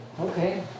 Okay